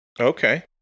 Okay